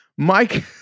Mike